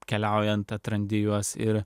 keliaujant atrandi juos ir